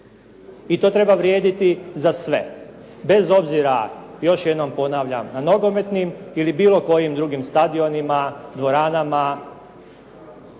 I to treba vrijediti za sve. Bez obzira, još jedanput ponavljam, na nogometnim ili bilo kojim drugim stadionima, dvoranama,